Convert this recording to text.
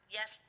Yes